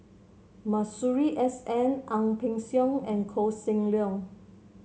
Masuri S N Ang Peng Siong and Koh Seng Leong